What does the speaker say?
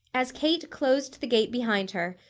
as kate closed the gate behind her,